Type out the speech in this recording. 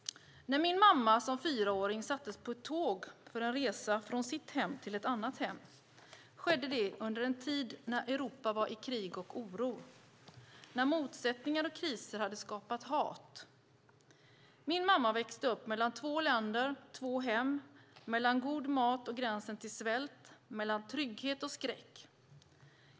När min mamma som fyraåring sattes på ett tåg för en resa från sitt hem till ett annat hem skedde det under en tid när Europa var i krig och oro, när motsättningar och kriser hade skapat hat. Min mamma växte upp mellan två länder, mellan två hem, mellan god mat och gränsen till svält och mellan trygghet och skräck.